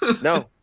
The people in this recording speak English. No